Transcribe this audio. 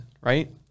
right